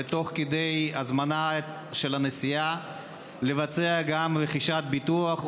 ותוך כדי הזמנה של הנסיעה לבצע גם רכישת ביטוח.